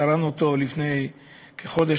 קראנו אותו לפני כחודש,